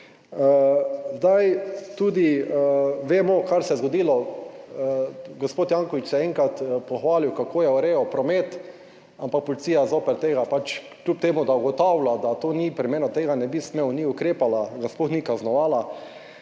Zdaj, tudi vemo, kaj se je zgodilo, gospod Janković se je enkrat pohvalil, kako je urejal promet, ampak policija zoper tega pač, kljub temu, da ugotavlja, da to ni primerno, da tega ne bi smel, ni ukrepala, ga sploh ni kaznovala